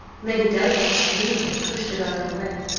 lady delacour screamed, and pushed her daughter away.